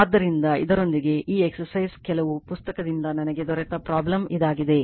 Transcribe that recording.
ಆದ್ದರಿಂದ ಇದರೊಂದಿಗೆ ಈ ಎಕ್ಸಸೈಜ್ ಕೆಲವು ಪುಸ್ತಕದಿಂದ ನನಗೆ ದೊರೆತ problem ಇದಾಗಿದೆ